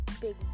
big